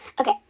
Okay